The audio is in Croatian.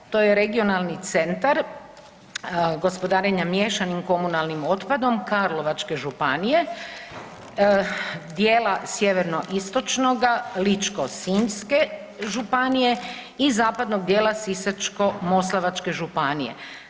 To je regionalni centar gospodarenja miješanim komunalnim otpadom Karlovačke županije, dijela sjeverno istočnoga, Lično-sinjske županije i zapadnog dijela Sisačko- moslavačke županije.